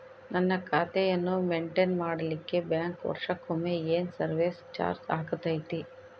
ನನ್ನ ಖಾತೆಯನ್ನು ಮೆಂಟೇನ್ ಮಾಡಿಲಿಕ್ಕೆ ಬ್ಯಾಂಕ್ ವರ್ಷಕೊಮ್ಮೆ ಏನು ಸರ್ವೇಸ್ ಚಾರ್ಜು ಹಾಕತೈತಿ?